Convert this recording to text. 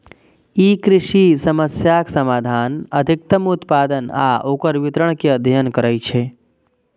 ई कृषि समस्याक समाधान, अधिकतम उत्पादन आ ओकर वितरण के अध्ययन करै छै